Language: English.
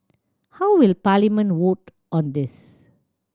how will Parliament vote on this